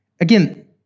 Again